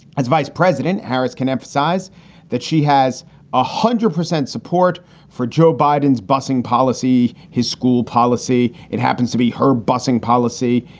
as vice president, harris can emphasize that she has a one hundred percent support for joe biden's busing policy, his school policy. it happens to be her busing policy,